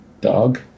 dog